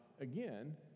again